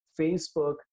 Facebook